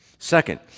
Second